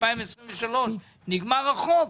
נגמר החוק,